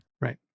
Right